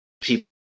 people